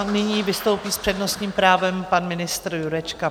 Nyní vystoupí s přednostním právem pan ministr Jurečka.